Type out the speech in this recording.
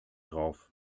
drauf